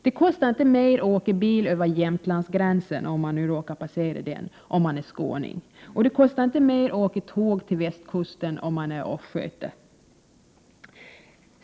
Det kostar inte mer att åka bil över Jämtlandsgränsen för en skåning, och det kostar inte heller mer att åka tåg till västkusten för en östgöte.